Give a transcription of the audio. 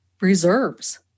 reserves